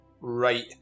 right